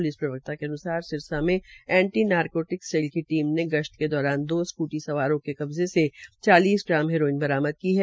police प्रवक्ता के अन्सार सिरसा एंटी नारकोटिक्स सेल भी ने गश्त के दौरान दो स्कूटी सवाओं के कब्जे से चालीस ग्राम हेरोइन बरामद की है